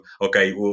okay